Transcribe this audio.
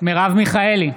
מרב מיכאלי,